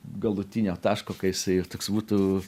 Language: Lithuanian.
galutinio taško ka jisai toks būtų